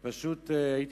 הדיון,